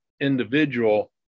individual